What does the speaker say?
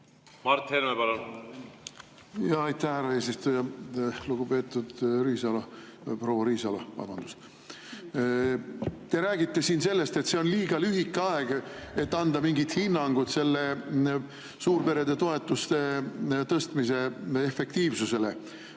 Mart Helme, palun! Aitäh, härra eesistuja! Lugupeetud Riisalo! Proua Riisalo, vabandust! Te räägite siin sellest, et see on liiga lühike aeg, et anda mingit hinnangut selle suurperede toetuste tõstmise efektiivsusele.